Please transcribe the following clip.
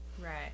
Right